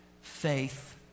faith